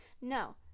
no